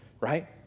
right